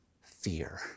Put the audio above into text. fear